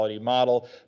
model